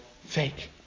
fake